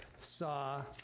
saw